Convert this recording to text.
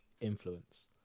influence